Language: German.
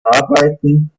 arbeiten